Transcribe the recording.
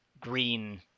green